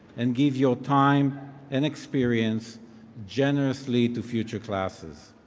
and give your time and experience generously to future classes.